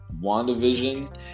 WandaVision